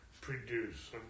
produce